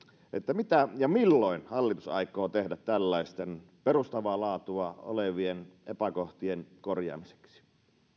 mitä ja milloin hallitus aikoo tehdä tällaisten perustavaa laatua olevien epäkohtien korjaamiseksi